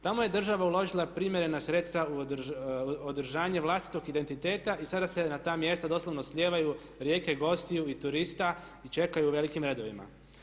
Tamo je država uložila primjerena sredstva u održanje vlastitog identiteta i sada se na ta mjesta doslovno slijevaju rijeke gostiju i turista i čekaju u velikim redovima.